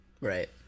Right